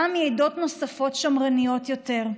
גם מעדות נוספות, שמרניות יותר.